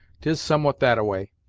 tis somewhat that-a-way.